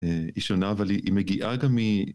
היא שונה, אבל היא מגיעה גם מ...